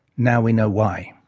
now we know why.